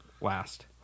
last